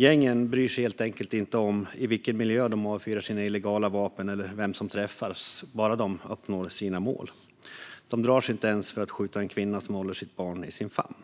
Gängen bryr sig helt enkelt inte om i vilken miljö de avfyrar sina illegala vapen eller vem som träffas, bara de uppnår sina mål. De drar sig inte ens för att skjuta en kvinna som håller sitt barn i sin famn.